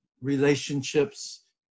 relationships